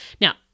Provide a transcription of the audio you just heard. Now